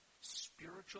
spiritual